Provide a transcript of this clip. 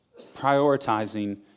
prioritizing